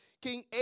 King